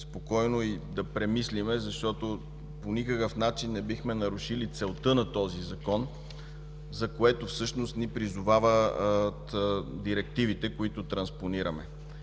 спокойно и да премислим, защото по никакъв начин не бихме нарушили целта на този Закон, за което всъщност ни призовават директивите, които транспонираме.